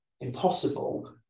impossible